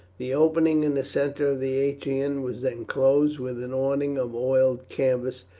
the opening in the centre of the atrium was then closed with an awning of oiled canvas,